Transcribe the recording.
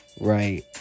right